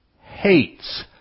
hates